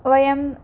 वयम्